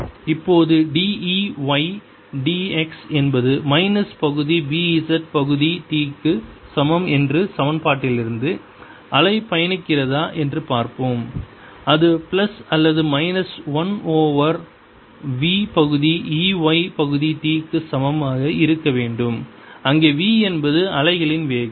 இப்போது d E y d x என்பது minus பகுதி B z பகுதி t க்கு சமம் என்ற சமன்பாட்டிலிருந்து அலை பயணிக்கிறதா என்று பார்க்கிறோம் இது பிளஸ் அல்லது மைனஸ் 1 ஓவர் v பகுதி E y பகுதி t க்கு சமமாக இருக்க வேண்டும் அங்கே v என்பது அலைகளின் வேகம்